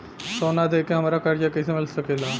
सोना दे के हमरा कर्जा कईसे मिल सकेला?